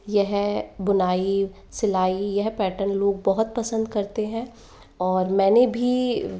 यह बुनाई सिलाई यह पैटर्न पैटर्न लोग बहुत पसंद करते हैं और मैंने भी